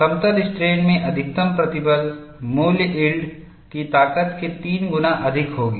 समतल स्ट्रेन में अधिकतम प्रतिबल मूल्य यील्ड की ताकत के 3 गुना अधिक होगी